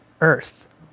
earth